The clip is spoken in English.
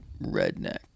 redneck